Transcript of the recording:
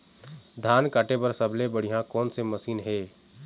धान काटे बर सबले बढ़िया कोन से मशीन हे?